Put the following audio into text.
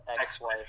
ex-wife